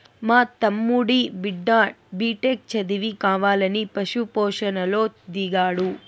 మా తమ్ముడి బిడ్డ బిటెక్ చదివి కావాలని పశు పోషణలో దిగాడు